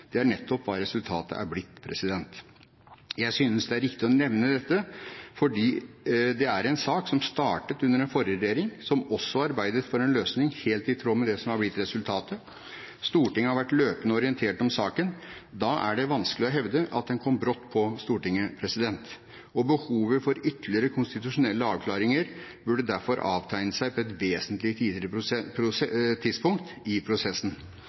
Det er nettopp hva resultatet er blitt. Jeg synes det er riktig å nevne dette fordi det er en sak som startet under den forrige regjering, som også arbeidet for en løsning helt i tråd med det som er blitt resultatet. Stortinget har vært løpende orientert om saken. Da er det vanskelig å hevde at den kom brått på Stortinget, og behovet for ytterligere konstitusjonelle avklaringer burde derfor avtegnet seg på et vesentlig tidligere tidspunkt i prosessen.